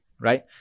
right